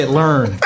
learn